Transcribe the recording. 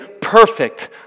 perfect